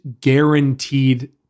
guaranteed